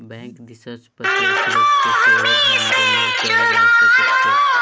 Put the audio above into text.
bank दिससँ प्रत्यक्ष रूप सँ सेहो धन जमा कएल जा सकैत छै